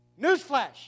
Newsflash